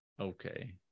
Okay